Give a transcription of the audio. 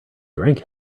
drank